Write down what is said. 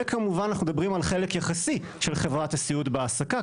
וכמובן אנחנו מדברים על חלק יחסי של חברת הסיעוד בהעסקה.